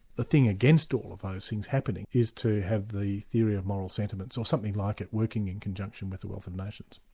the thing against all of those things happening is to have the theory of moral sentiments, or something like it, working in conjunction with the wealth of nations.